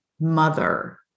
mother